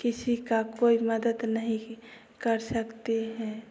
किसी का कोई मदद नहीं कर सकते हैं